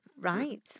Right